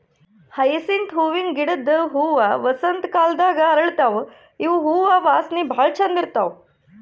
hyacinth ಹೂವಿನ ಗಿಡದ್ ಹೂವಾ ವಸಂತ್ ಕಾಲದಾಗ್ ಅರಳತಾವ್ ಇವ್ ಹೂವಾ ವಾಸನಿ ಭಾಳ್ ಛಂದ್ ಇರ್ತದ್